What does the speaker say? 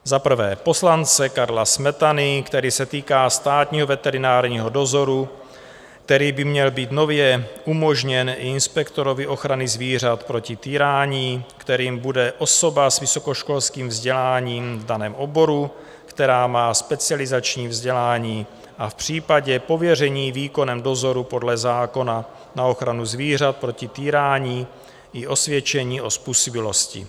Za prvé poslance Karla Smetany, který se týká státního veterinárního dozoru, který by měl být nově umožněn i inspektorovi ochrany zvířat proti týrání, kterým bude osoba s vysokoškolským vzděláním v daném oboru, která má specializační vzdělání a v případě pověření výkonem dozoru podle zákona na ochranu zvířat proti týrání i osvědčení o způsobilosti.